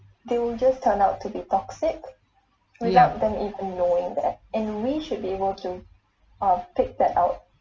ya